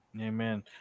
Amen